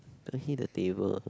I hit the table